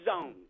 zone